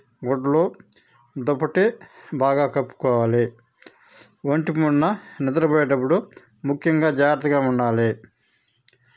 గుడ్డలు దుప్పటి బాగా కప్పుకోవాలి ఒంటి నిండా నిద్ర పోయేటప్పుడు ముఖ్యంగా జాగ్రత్తగా ఉండాలి